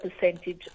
percentage